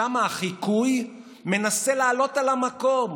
שם החיקוי מנסה לעלות על המקור,